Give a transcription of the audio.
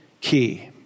key